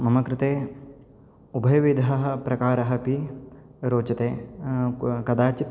मम कृते उभयविधः प्रकारः अपि रोचते कु कदाचित्